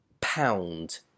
pound